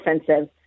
offensive